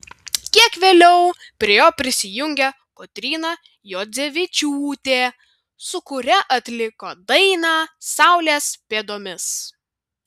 kiek vėliau prie jo prisijungė kotryna juodzevičiūtė su kuria atliko dainą saulės pėdomis